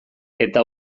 eta